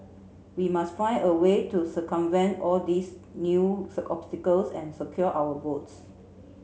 we must find a way to circumvent all these new obstacles and secure our votes